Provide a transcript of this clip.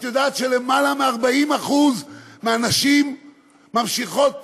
את יודעת שלמעלה מ-40% מהנשים ממשיכות